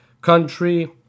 Country